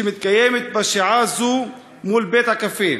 שמתקיימת בשעה זו מול בית-הקפה,